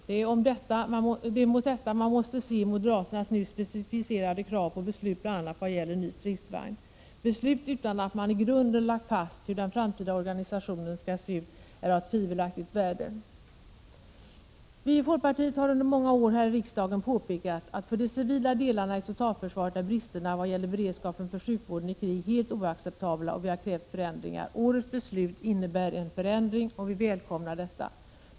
Det är mot bakgrund av detta man måste se moderaternas nu specificerade krav på beslut bl.a. vad gäller ny stridsvagn. Beslut utan att man i grunden lagt fast hur den framtida organisationen skall se ut är av tvivelaktigt värde. Vi i folkpartiet har under många år här i riksdagen påpekat att för de civila delarna i totalförsvaret är bristerna vad gäller beredskapen för sjukvården i krig helt oacceptabla, och vi har krävt förändringar. Årets beslut innebär en förändring, och vi välkomnar denna.